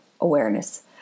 Awareness